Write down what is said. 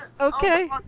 Okay